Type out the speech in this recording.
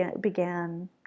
began